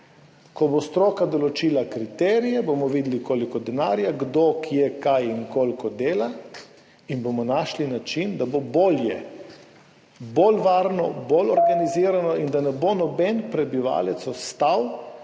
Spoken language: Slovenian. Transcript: Ko bo stroka določila kriterije, bomo videli, koliko denarja, kdo, kje, kaj in koliko dela, in bomo našli način, da bo bolje, bolj varno, bolj organizirano in da ne bo noben prebivalec ostal